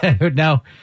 No